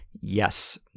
yes